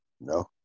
No